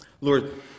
Lord